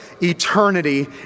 eternity